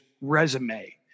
resume